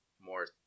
more